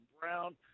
Brown